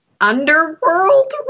underworld